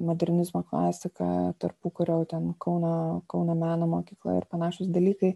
modernizmo klasika tarpukario ten kauno kauno meno mokykla ir panašūs dalykai